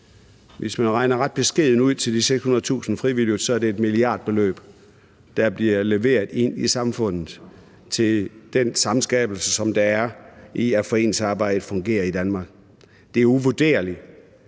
Hvis man regner det ret beskedent ud i forhold til de 600.000 frivillige, drejer det sig om et milliardbeløb, der bliver leveret ind i samfundet til den samskabelse, der er i, at foreningsarbejdet fungerer i Danmark. Det er uvurderligt,